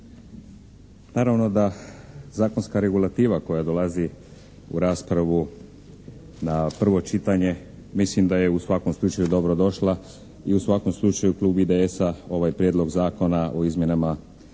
Naravno da zakonska regulativa koja dolazi u raspravu na prvo čitanje mislim da je u svakom slučaju dobro došla i u svakom slučaju klub IDS-a ovaj Prijedlog Zakona o izmjenama i